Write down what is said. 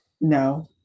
No